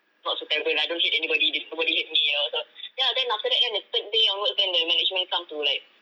not so terrible like I don't hate anybody then nobody hate me you know also then after that the third day onwards the management come to like